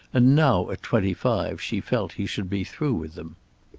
and now at twenty-five she felt he should be through with them.